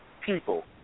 People